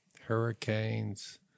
hurricanes